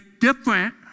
different